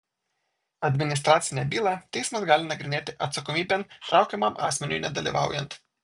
administracinę bylą teismas gali nagrinėti atsakomybėn traukiamam asmeniui nedalyvaujant